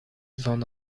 van